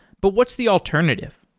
but what's the alternative?